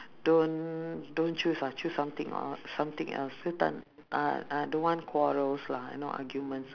don't don't choose ah choose some something el~ something else dia ta~ ah ah don't want quarrels lah you know arguments